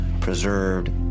preserved